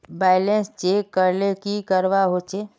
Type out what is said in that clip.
Balance check करले की करवा होचे?